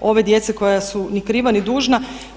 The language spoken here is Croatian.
ove djece koja su ni kriva ni dužna.